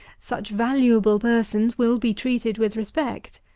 such valuable persons will be treated with respect.